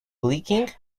blinking